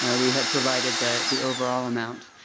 ah we have provided the the overall amount.